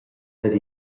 dad